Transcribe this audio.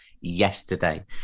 yesterday